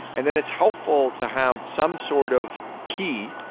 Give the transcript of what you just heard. and then it's helpful to have some sort of key,